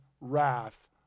wrath